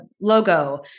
logo